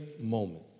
moment